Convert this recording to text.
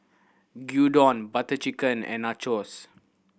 Gyudon Butter Chicken and Nachos